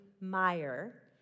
Meyer